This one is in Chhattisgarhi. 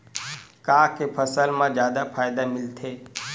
का के फसल मा जादा फ़ायदा मिलथे?